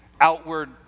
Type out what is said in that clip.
outward